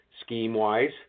scheme-wise